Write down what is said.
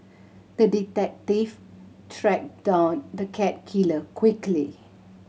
the detective tracked down the cat killer quickly